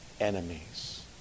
enemies